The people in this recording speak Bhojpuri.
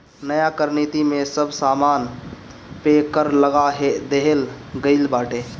नया कर नीति में सब सामान पे कर लगा देहल गइल बाटे